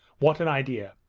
what an idea!